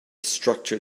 structure